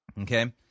Okay